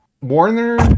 Warner